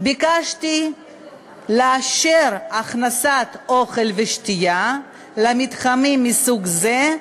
ביקשתי לאשר הכנסת אוכל ושתייה למתחמים מסוג זה,